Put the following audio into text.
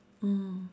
mm